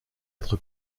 être